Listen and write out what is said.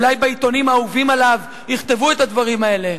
אולי בעיתונים האהובים עליו יכתבו את הדברים האלה.